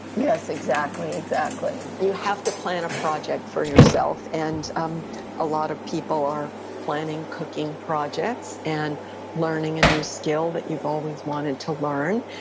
yes, exactly, exactly. you have to plan a project for yourself and um a lot of people are planning cooking projects and learning a new skill that you've always wanted to learn.